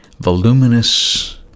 voluminous